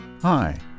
Hi